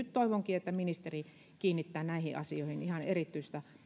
nyt toivonkin että ministeri kiinnittää näihin asioihin ihan erityistä